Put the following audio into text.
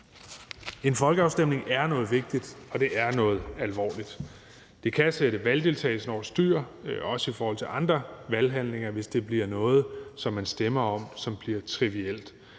En folkeafstemning er noget vigtigt, og det er noget alvorligt. Det kan sætte valgdeltagelsen over styr, også i forhold til andre valghandlinger, hvis det bliver noget, som man stemmer om, som bliver trivielt.